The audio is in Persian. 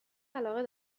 علاقه